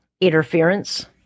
interference